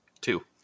two